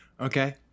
Okay